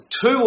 Two